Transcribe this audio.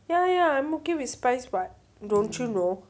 ya ya I'm okay with spice don't you know